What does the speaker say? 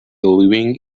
living